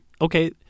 okay